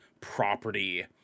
property